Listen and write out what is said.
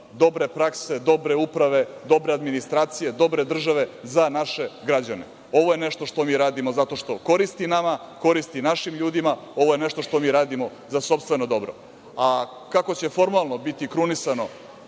dobre prakse, dobre uprave, dobre administracije, dobre države, za naše građane. Ovo je nešto što mi radimo zato što koristi nama, koristi našim ljudima, ovo je nešto što mi radimo za sopstveno dobro, a kako će biti formalno biti krunisano